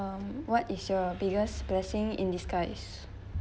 um what is your biggest blessing in disguise